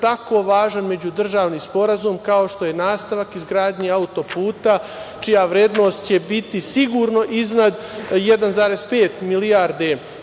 tako važan međudržavni sporazum kao što je nastavak izgradnje autoputa, čija će vrednost biti sigurno iznad 1,5 milijardi